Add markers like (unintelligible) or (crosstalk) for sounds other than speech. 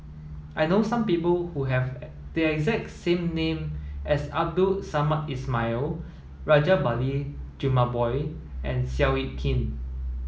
I know people who have (unintelligible) the exact same name as Abdul Samad Ismail Rajabali Jumabhoy and Seow Yit Kin